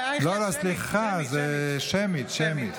סליחה, זה שמית.